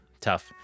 tough